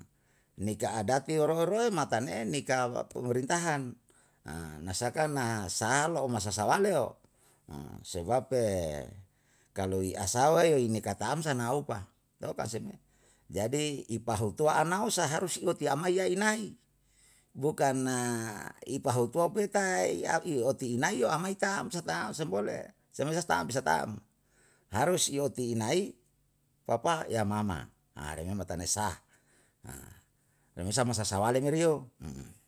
nikah adat ye roe roe matane en, nikah pemerintahan, nasaka na saalo masasawaleo sebab kali i asawa yo nikah tam sa naopa, to? Ka se me? Jadi, ipahutua anao saharus iyoti amaiya inai bukan ipahutue puta ito inai yo amai tam sa tam seng boleh, semese yam bisa tam, harus iyoti inai, papa ya mama re me matane sah, remesa masasawale re meri yo